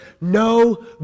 no